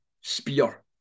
spear